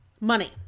money